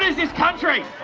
this country!